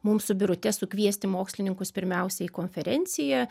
mums su birute sukviesti mokslininkus pirmiausia į konferenciją